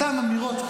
אותן אמירות.